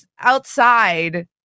outside